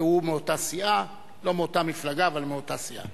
והוא מאותה סיעה, לא מאותה מפלגה אבל מאותה סיעה.